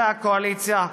חברי הקואליציה,